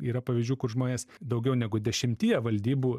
yra pavyzdžių kur žmonės daugiau negu dešimtyje valdybų